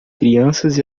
crianças